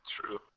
True